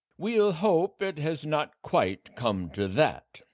we'll hope it has not quite come to that,